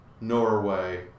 Norway